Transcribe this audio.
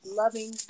loving